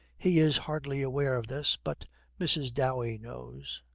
he is hardly aware of this, but mrs. dowey knows.